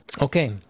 Okay